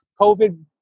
COVID